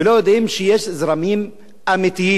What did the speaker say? ולא יודעים שיש זרמים אמיתיים,